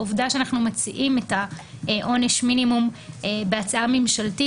עובדה שאנחנו מציעים עונש מינימום בהצעה ממשלתית